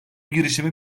girişimi